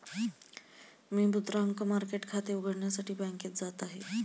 मी मुद्रांक मार्केट खाते उघडण्यासाठी बँकेत जात आहे